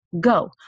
Go